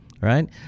Right